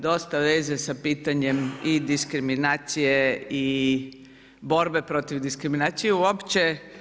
Dosta veze sa pitanjem i diskriminacije i borbe protiv diskriminacije, uopće.